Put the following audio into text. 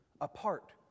apart